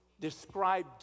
described